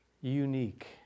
unique